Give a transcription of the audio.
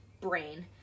brain